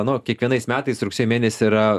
nu kiekvienais metais rugsėjo mėnesį yra